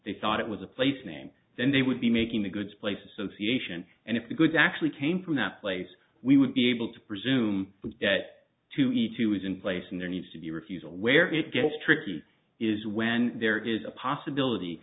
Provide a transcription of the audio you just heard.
they thought it was a place name then they would be making the goods place association and if the goods actually came from that place we would be able to presume that to eat too is in place and there needs to be a refusal where it gets tricky is when there is a possibility